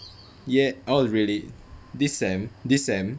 ya oh really this sem this sem